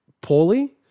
poorly